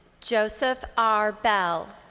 joseph r. bell.